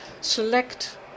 select